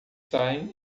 saem